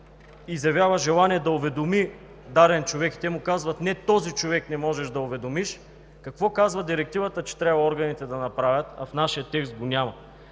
изявява желание да уведоми даден човек и те му казват: „Не, този човек не можеш да уведомиш“, какво казва Директивата, че трябва органите да направят, а в нашия текст го няма?